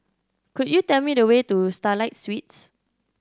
could you tell me the way to Starlight Suites